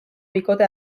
bikote